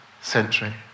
century